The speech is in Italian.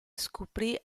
scoprì